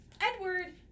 Edward